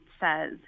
says